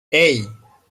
hey